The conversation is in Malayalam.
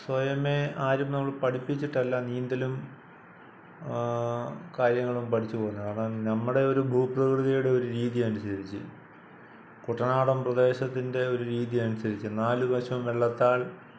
സ്വയമേ ആരും നമ്മളെ പഠിപ്പിച്ചിട്ടല്ല നീന്തലും കാര്യങ്ങളും പഠിച്ചുപോകുന്നത് കാരണം നമ്മുടെ ഒരു ഭൂപ്രകൃതിയുടെ ഒരു രീതി അനുസരിച്ച് കുട്ടനാടൻ പ്രദേശത്തിൻ്റെ ഒരു രീതിയനുസരിച്ച് നാലു വശവും വെള്ളത്താൽ